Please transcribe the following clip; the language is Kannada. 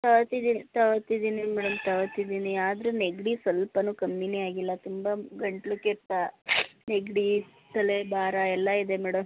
ತೊಗೋತಿದೀನಿ ತೊಗೋತಿದ್ದೀನಿ ಮೇಡಮ್ ತೊಗೋತಿದ್ದೀನಿ ಆದರೂ ನೆಗಡಿ ಸ್ವಲ್ಪನು ಕಮ್ಮಿಯೇ ಆಗಿಲ್ಲ ತುಂಬ ಗಂಟಲು ಕೆರೆತ ನೆಗಡಿ ತಲೆ ಭಾರ ಎಲ್ಲ ಇದೆ ಮೇಡಮ್